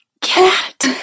cat